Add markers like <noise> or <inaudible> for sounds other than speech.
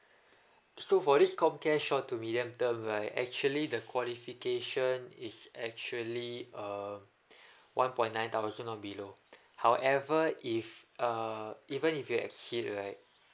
so for this comcare short to medium term right actually the qualification is actually um <breath> one point nine thousand on below however if err even if you exceed right